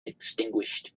extinguished